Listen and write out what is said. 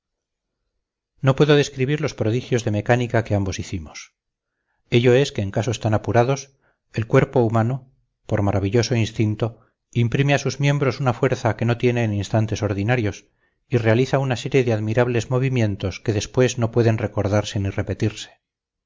no puedo describir los prodigios de mecánica que ambos hicimos ello es que en casos tan apurados el cuerpo humano por maravilloso instinto imprime a sus miembros una fuerza que no tiene en instantes ordinarios y realiza una serie de admirables movimientos que después no pueden recordarse ni repetirse